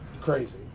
crazy